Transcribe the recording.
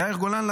יאיר גולן,